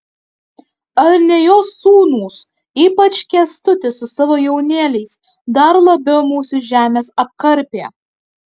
ar ne jo sūnūs ypač kęstutis su savo jaunėliais dar labiau mūsų žemes apkarpė